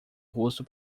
rosto